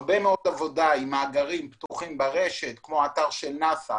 הרבה עבודה עם מאגרים פתוחים ברשת כמו האתר של נאס"א,